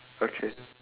okay